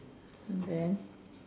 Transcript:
then